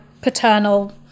paternal